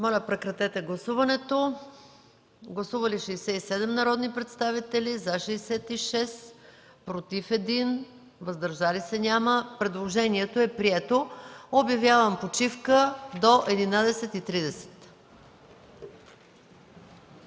отхвърляне на § 26. Гласували 67 народни представители: за 66, против 1, въздържали се няма. Предложението е прието. Обявявам почивка до 11,30